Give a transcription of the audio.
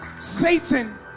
Satan